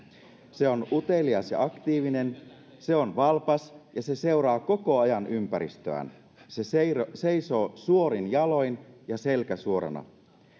se on utelias ja aktiivinen se on valpas ja se seuraa koko ajan ympäristöään se seisoo seisoo suorin jaloin ja selkä suorana